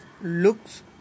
looks